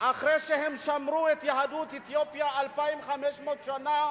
אחרי שהם שמרו את יהדות אתיופיה 2,500 שנה